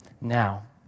Now